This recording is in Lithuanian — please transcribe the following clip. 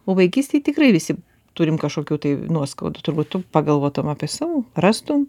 o vaikystėj tikrai visi turim kažkokių tai nuoskaudų turbūt tu pagalvotum apie savo rastum